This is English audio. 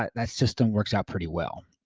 that system works out pretty well.